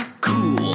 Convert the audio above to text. cool